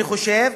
אני חושב,